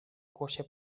głosie